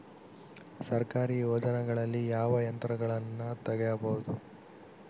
ಸರ್ಕಾರಿ ಯೋಜನೆಗಳಲ್ಲಿ ಯಾವ ಯಂತ್ರಗಳನ್ನ ತಗಬಹುದು?